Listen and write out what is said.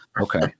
okay